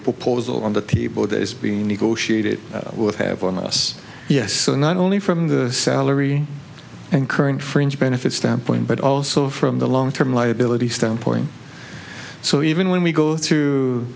proposal on the people it is being negotiated would have on us yes so not only from the salary and current fringe benefits standpoint but also from the long term liability standpoint so even when we go t